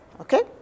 okay